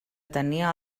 tenia